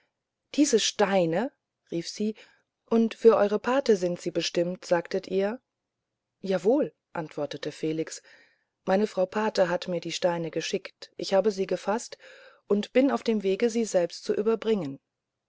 diese steine rief sie und für eure pate sind sie bestimmt sagtet ihr jawohl antwortete felix meine frau pate hat mir die steine geschickt ich habe sie gefaßt und bin auf dem wege sie selbst zu überbringen